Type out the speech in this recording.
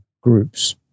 groups